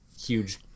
huge –